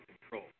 control